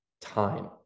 time